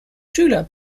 schüler